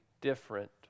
different